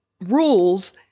rules